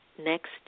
next